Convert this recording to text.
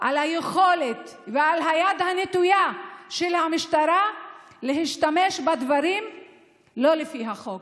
על היכולת ועל היד הנטויה של המשטרה להשתמש בדברים לא לפי החוק.